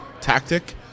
tactic